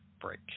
break